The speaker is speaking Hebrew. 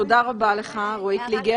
תודה רבה לך, רואי קליגר.